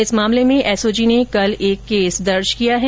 इस मामले में एसओजी ने कल एक केस दर्ज किया है